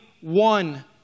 one